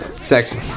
section